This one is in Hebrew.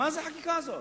מה זה החקיקה הזאת?